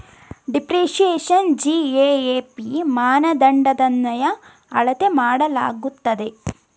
ಡಿಪ್ರಿಸಿಯೇಶನ್ನ GAAP ಮಾನದಂಡದನ್ವಯ ಅಳತೆ ಮಾಡಲಾಗುತ್ತದೆ